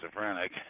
schizophrenic